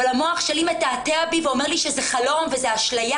אבל המוח שלי מתעתע בי ואומר לי שזה חלום ושזו אשליה,